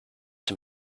dem